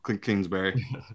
Kingsbury